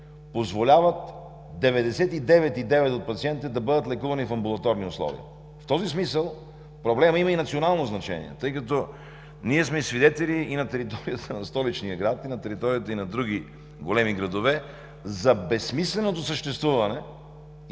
позволяват 99,9% от пациентите да бъдат лекувани в амбулаторни условия. В този смисъл проблемът има и национално значение, тъй като ние сме свидетели и на територията на столичния град, и на територията на други големи градове за безсмисленото съществуване